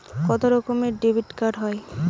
কত রকমের ডেবিটকার্ড হয়?